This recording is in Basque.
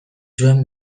zuen